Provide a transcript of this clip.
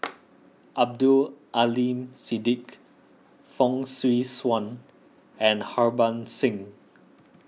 Abdul Aleem Siddique Fong Swee Suan and Harbans Singh